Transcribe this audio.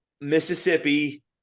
Mississippi